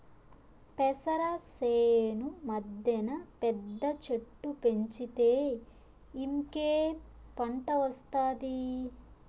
పెసర చేను మద్దెన పెద్ద చెట్టు పెంచితే ఇంకేం పంట ఒస్తాది